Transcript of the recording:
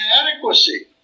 inadequacy